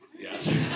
Yes